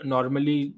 Normally